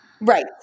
Right